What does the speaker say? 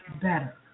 better